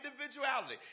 individuality